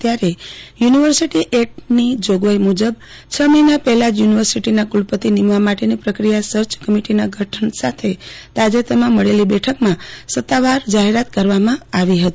ત્યારે યુનિસિર્ટી એકટની જોગવાઈ મુજબ ક મહિના પહેલાં યુનિવર્સિટીના કુલપતિ નિમવા માટેની પ્રક્રિયા સર્ચ કમીટી ગઠન સાથે તાજેતરમાં મળેલી બેઠકમાં સતાવાર જાહેરાત કરવામાં આવી હતી